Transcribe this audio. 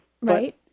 Right